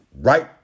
right